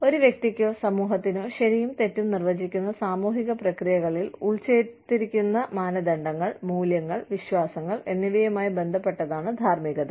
ഒരു വ്യക്തിക്കോ സമൂഹത്തിനോ ശരിയും തെറ്റും നിർവചിക്കുന്ന സാമൂഹിക പ്രക്രിയകളിൽ ഉൾച്ചേർത്തിരിക്കുന്ന മാനദണ്ഡങ്ങൾ മൂല്യങ്ങൾ വിശ്വാസങ്ങൾ എന്നിവയുമായി ബന്ധപ്പെട്ടതാണ് ധാർമ്മികത